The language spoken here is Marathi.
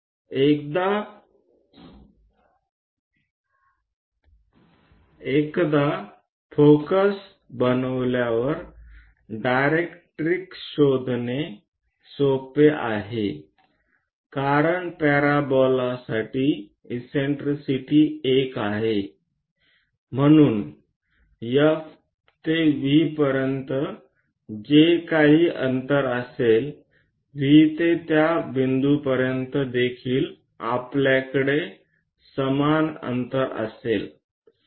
एकदा फोकस बनवल्यावर डायरेक्ट्रिक्स शोधणे सोपे आहे कारण पॅराबोलासाठी इससेन्ट्रिसिटी एक आहे म्हणून F ते V पर्यंत जे काही अंतर असेल V ते त्या बिंदूपर्यंत देखील आपल्याकडे समान अंतर असेल